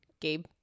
Gabe